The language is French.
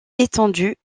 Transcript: étendue